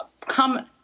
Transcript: come